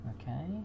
Okay